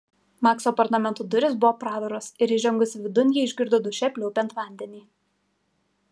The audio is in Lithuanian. makso apartamentų durys buvo praviros ir įžengusi vidun ji išgirdo duše pliaupiant vandenį